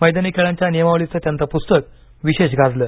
मैदानी खेळांच्या नियमावलीच त्यांच पुस्तक विशेष गाजलं